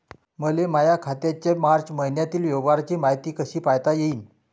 मले माया खात्याच्या मार्च मईन्यातील व्यवहाराची मायती कशी पायता येईन?